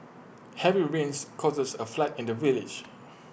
heavy rains causes A flood in the village